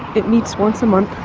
it meets once a month